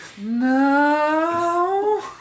No